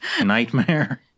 nightmare